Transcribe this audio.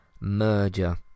merger